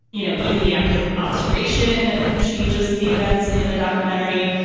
you know, even the act of observation changes the events in a documentary.